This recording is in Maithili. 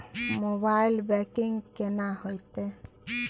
मोबाइल बैंकिंग केना हेते?